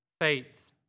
faith